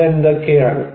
അവ എന്തൊക്കെയാണ്